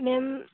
ma'am